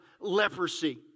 leprosy